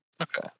Okay